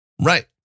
Right